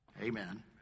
Amen